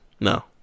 No